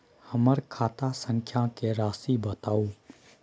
हमर खाता संख्या के राशि बताउ